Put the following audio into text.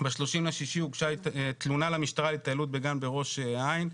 ב-30.6 הוגשה תלונה למשטרה על התעללות בגן בראש העין,